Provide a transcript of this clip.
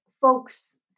folks